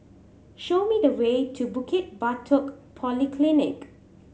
show me the way to Bukit Batok Polyclinic